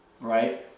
Right